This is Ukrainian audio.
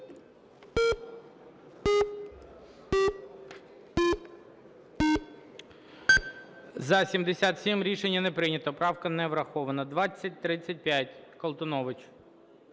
За-77 Рішення не прийнято. Правка не враховано. 2035, Колтунович.